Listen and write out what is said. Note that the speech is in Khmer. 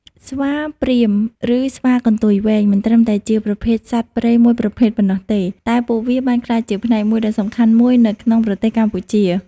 ស្វាព្រាហ្មណ៍ ឬ ស្វាកន្ទុយវែង មិនត្រឹមតែជាប្រភេទសត្វព្រៃមួយប្រភេទប៉ុណ្ណោះទេ តែពួកវាបានក្លាយជាផ្នែកមួយដ៏សំខាន់មួយនៅក្នុងប្រទេសកម្ពុជា។